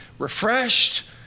refreshed